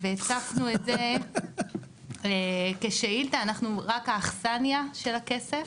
והפצנו את זה כשאילתה, רק האכסניה של הכסף,